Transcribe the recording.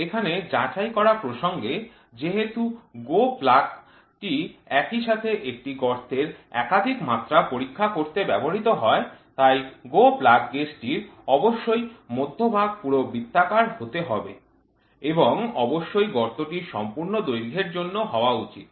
এখানে যাচাই করা প্রাসঙ্গে যে যেহেতু GO plug টি একই সাথে একটি গর্তের একাধিক মাত্রা পরীক্ষা করতে ব্যবহৃত হয় তাই GO plug গেজটির অবশ্যই মধ্যভাগ পুরো বৃত্তাকার হতে হবে এবং অবশ্যই গর্তটির সম্পূর্ণ দৈর্ঘ্যের জন্য হওয়া উচিত